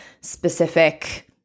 specific